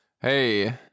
Hey